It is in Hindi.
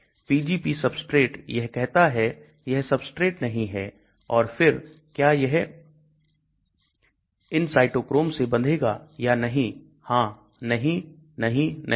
Pgp substrate यह कहता है यह substrate नहीं है और फिर क्या यह इन cytochrome से बंधेगा या नहीं हां नहीं नहीं नहीं